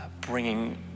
bringing